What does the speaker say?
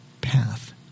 path